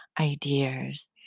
ideas